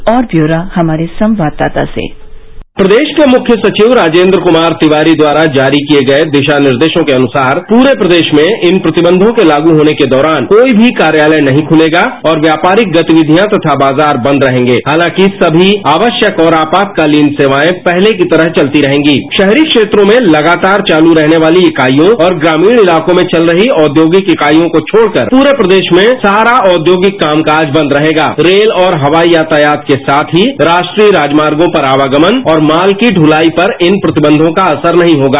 और ब्यौरा हमारे संवाददाता से प्रदेश के मुख्य सचिव राजेंद्र कुमार तिवारी द्वारा जारी किए गए दिशा निर्देशों के अनुसार पूरे प्रदेश में इन प्रतिबंधों के लागू होने के दौरान कोई भी कार्यालय नहीं खुलेगा तथा व्यापारिक गतिविधियां और बाजार बंद रहेंगे हालांकि सभी आवश्यक और आपातकालीन सेवाएं पहले की तरह चलती रहेंगी शहरी क्षेत्रों में लगातार चालू रहने वाली इकाइयों और ग्रामीण इलाकों में चल रही औद्योगिक इकाइयों को छोड़कर पूरे प्रदेश में समी औद्योगिक कामकाज बंद रहेगा रेल और हवाई यातायात के साथ ही राष्ट्रीय राजमार्गों पर आवागमन और माल की दुलाई पर इन प्रतिबंधों का असर नहीं होगा